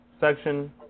Section